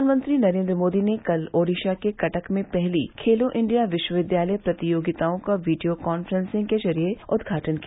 प्रधानमंत्री नरेन्द्र मोदी ने कल ओडिशा के कटक में पहली खेलो इंडिया विश्वविद्याय प्रतियोगिताओं का वीडियो काफ्रेंसिंग के जरिए उद्घाटन किया